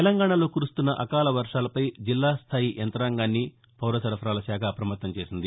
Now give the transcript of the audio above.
తెలంగాణలో కురుస్తున్న అకాల వర్షాలపై జిల్లాస్థాయి యంతాంగాన్ని పౌరసరఫరాలశాఖ అప్రమత్తం చేసింది